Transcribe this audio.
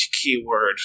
keyword